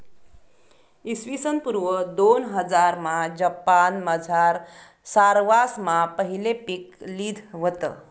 इसवीसन पूर्व दोनहजारमा जपानमझार सरवासमा पहिले पीक लिधं व्हतं